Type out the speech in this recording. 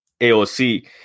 AOC